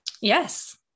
Yes